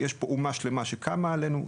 יש פה אומה שלמה שקמה עלינו,